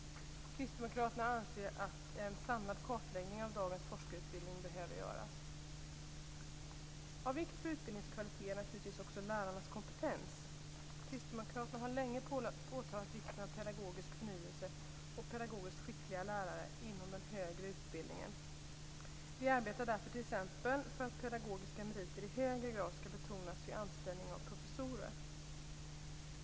Kristdemokraterna anser att en samlad kartläggning av dagens forskarutbildning behöver göras. Av vikt för utbildningens kvalitet är naturligtvis också lärarnas kompetens. Kristdemokraterna har länge påpekat vikten av pedagogisk förnyelse och pedagogiskt skickliga lärare inom den högre utbildningen. Vi arbetar därför t.ex. för att pedagogiska meriter i högre grad skall betonas vid anställning av professorer.